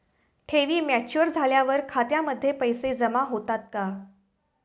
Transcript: ठेवी मॅच्युअर झाल्यावर खात्यामध्ये पैसे जमा होतात का?